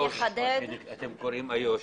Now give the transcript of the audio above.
אתם מדברים על איו"ש.